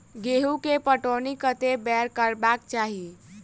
गेंहूँ केँ पटौनी कत्ते बेर करबाक चाहि?